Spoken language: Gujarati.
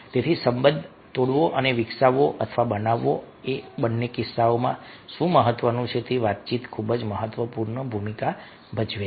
તેથી સંબંધ તોડવો અને વિકસાવવો અથવા બનાવવો એ બંને કિસ્સાઓમાં શું મહત્વનું છે તે વાતચીત ખૂબ જ મહત્વપૂર્ણ ભૂમિકા ભજવી રહી છે